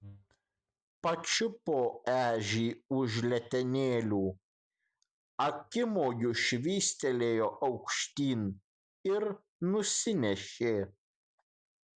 pačiupo ežį už letenėlių akimoju švystelėjo aukštyn ir nusinešė